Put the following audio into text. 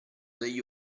degli